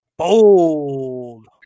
Bold